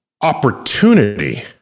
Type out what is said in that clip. opportunity